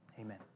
amen